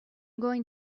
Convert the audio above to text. going